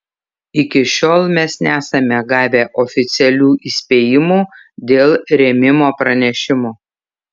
iki šiol mes nesame gavę oficialių įspėjimų dėl rėmimo pranešimų